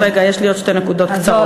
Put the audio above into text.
אז רגע, יש לי עוד שתי נקודות קצרות.